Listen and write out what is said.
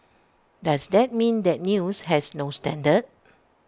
does that mean that news has no standard